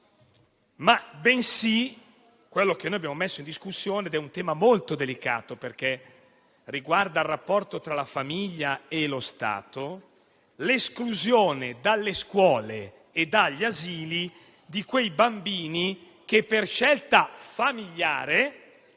da anni. Quello che invece abbiamo messo in discussione è un tema molto delicato, che riguarda il rapporto tra la famiglia e lo Stato, ovvero l'esclusione dalle scuole e dagli asili di quei bambini che, per scelta familiare,